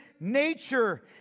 nature